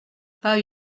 pas